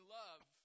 love